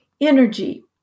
energy